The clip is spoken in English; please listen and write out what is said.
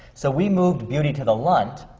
so we moved beauty to the lunt,